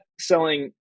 selling